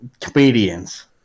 comedians